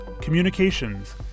communications